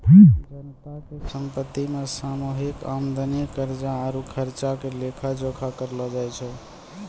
जनता के संपत्ति मे सामूहिक आमदनी, कर्जा आरु खर्चा के लेखा जोखा करलो जाय छै